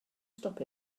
stop